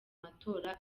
matora